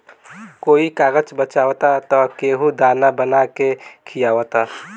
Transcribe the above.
कोई कागज बचावता त केहू दाना बना के खिआवता